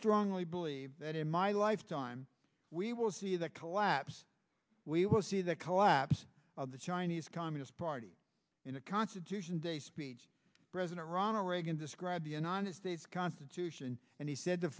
strongly believe that in my lifetime we will see the collapse we see the collapse of the chinese communist party in the constitution day speech president ronald reagan described the an honest day's constitution and he said the